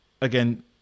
again